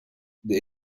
the